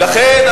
לכן,